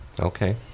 Okay